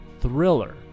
thriller